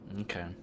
Okay